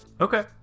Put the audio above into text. Okay